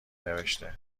نوشته